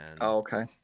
okay